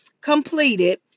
completed